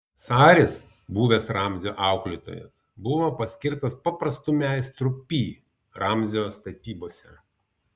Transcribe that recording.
saris buvęs ramzio auklėtojas buvo paskirtas paprastu meistru pi ramzio statybose